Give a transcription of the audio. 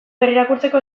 berrirakurtzeko